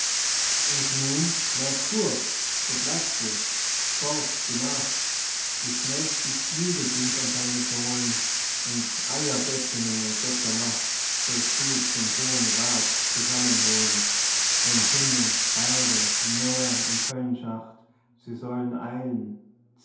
und nun mercur wo bleibst du fort gemacht die schnellsten flügel bind an deine sohlen und aller göttinnen und götter macht sollst du zum hohen rath zusammenholen von himmel erde meer und höllenschacht sie sollen eilen